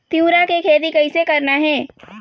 तिऊरा के खेती कइसे करना हे?